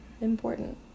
important